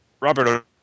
Robert